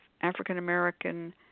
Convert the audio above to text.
African-American